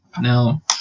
Now